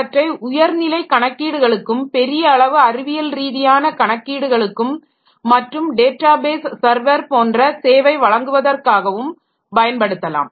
அவற்றை உயர்நிலை கணக்கீடுகளுக்கும் பெரிய அளவு அறிவியல்ரீதியான கணக்கீடுகளுக்கும் மற்றும் டேட்டாபேஸ் சர்வர் போன்ற சேவை வழங்குவதற்காகவும் பயன்படுத்தலாம்